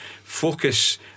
focus